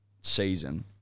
season